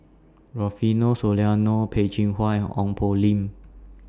Rufino Soliano Peh Chin Hua and Ong Poh Lim